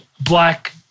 black